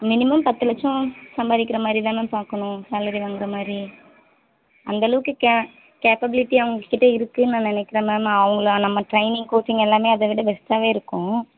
minimum பத்து லட்சம் சம்பாதிக்கிறமாதிரி தான் மேம் பார்க்கணும் சாலரி வாங்கறமாதிரி அந்த அளவுக்கு கே கேப்பப்பிளிட்டி அவங்ககிட்ட இருக்குன்னு நான் நினைக்கிறேன் மேம் அவங்கள நம்ம ட்ரெயினிங் கோச்சிங் எல்லாமே அதை விட பெஸ்ட்டாகவே இருக்கும்